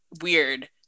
weird